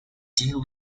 deal